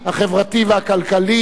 החברתי והכלכלי.